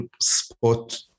spot